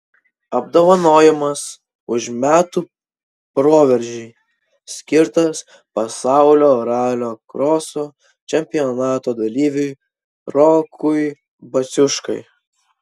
apdovanojimas už metų proveržį skirtas pasaulio ralio kroso čempionato dalyviui rokui baciuškai